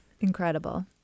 Incredible